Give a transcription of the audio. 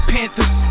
Panthers